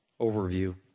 overview